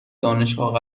دانشگاه